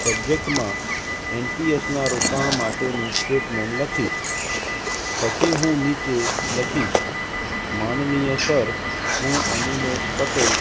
સબ્જેક્ટમાં એનપીએસના રોકાણ માટેનું સ્ટેમેટન્ટ લખીશ પછી હું નીચે લખીશ માનનીય સર હું અનિમેષ પટેલ